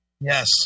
Yes